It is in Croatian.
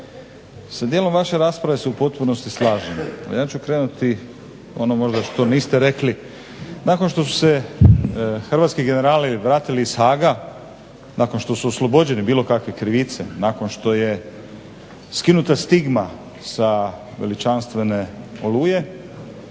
sa dijelom vaše rasprave se u potpunosti slažem, no ja ću krenuti ono možda što niste rekli. Nakon što su se hrvatski generali vratili iz Haaga, nakon što su oslobođeni bilo kakve krivice, nakon što je skinuta stigma sa veličanstvene Oluje